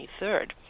23rd